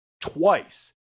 twice